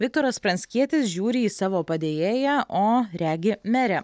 viktoras pranckietis žiūri į savo padėjėją o regi merę